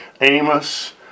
Amos